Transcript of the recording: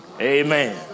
Amen